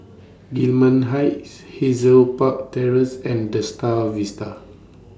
Gillman Heights Hazel Park Terrace and The STAR of Vista